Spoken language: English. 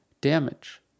damage